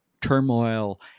turmoil